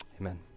Amen